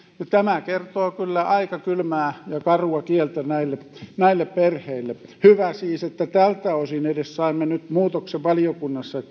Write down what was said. ja tämä kertoo kyllä aika kylmää ja karua kieltä näille näille perheille hyvä siis että edes tältä osin saimme nyt muutoksen valiokunnassa